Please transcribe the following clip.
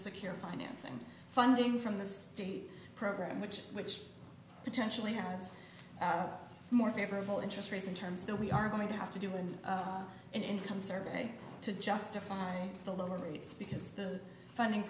secure financing funding from the state program which which potentially hands out more favorable interest rates and terms that we are going to have to do in an income survey to justify the lower rates because the funding